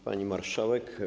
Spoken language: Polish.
Pani Marszałek!